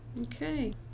Okay